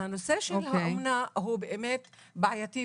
הנושא של האומנה הוא באמת בעייתי,